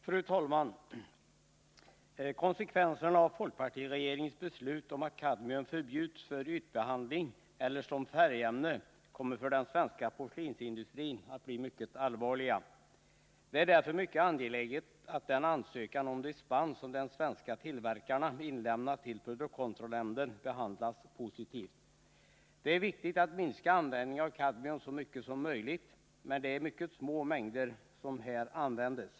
Fru talman! Konsekvenserna av folkpartiregeringens beslut om att kadmium skall förbjudas för ytbehandling eller som färgämne kommer för den svenska porslinsindustrin att bli mycket allvarliga. Det är därför mycket angeläget att den ansökan om dispens som de svenska tillverkarna inlämnat till produktkontrollnämnden behandlas positivt. Det är viktigt att minska användningen av kadmium så mycket som möjligt, men det är mycket små mängder som här används.